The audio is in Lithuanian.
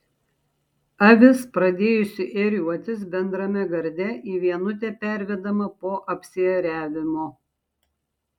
avis pradėjusi ėriuotis bendrame garde į vienutę pervedama po apsiėriavimo